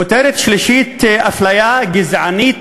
כותרת שלישית: אפליה גזענית,